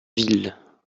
ville